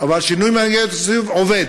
אבל שינוי מנגנוני תקצוב, עובד.